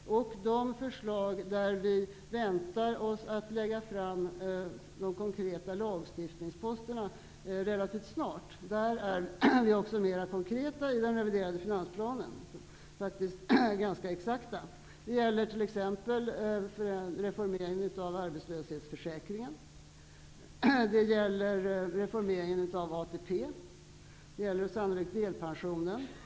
Beträffande de förslag där vi väntar oss att lägga fram konkreta lagstiftningsposter relativt snart är vi också mer konkreta i den reviderade finansplanen. Vi är faktiskt ganska exakta. Det gäller t.ex. reformeringen av arbetslöshetsförsäkringen. Det gäller reformeringen av ATP. Det gäller sannolikt delpensionen.